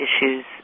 issues